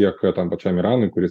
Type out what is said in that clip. tiek tam pačiam iranui kuris